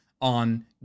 on